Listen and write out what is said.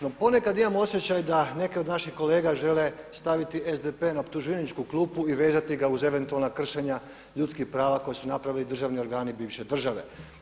No ponekad imam osjećaj da neke od naših kolega žele staviti SDP na optuženičku klupu i vezati ga uz eventualna kršenja ljudskih prava koje su napravili državni organi bivše države.